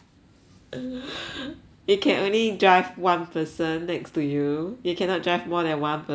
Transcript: it can only drive one person next to you you cannot drive more than one person